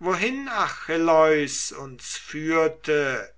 wohin achilleus uns führte